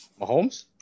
Mahomes